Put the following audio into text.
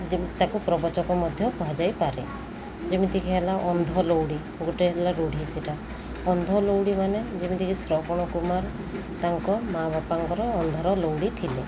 ଯେମିତି ତାହାକୁ ପ୍ରବଚକ ମଧ୍ୟ କୁହାଯାଇପାରେ ଯେମିତିକି ହେଲା ଅନ୍ଧ ଲଉଡ଼ି ଗୋଟେ ହେଲା ରୂଢ଼ି ସେଇଟା ଅନ୍ଧ ଲଉଡ଼ି ମାନେ ଯେମିତିକି ଶ୍ରବଣ କୁମାର ତାଙ୍କ ମା' ବାପାଙ୍କର ଅନ୍ଧର ଲଉଡ଼ି ଥିଲେ